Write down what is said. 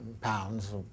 pounds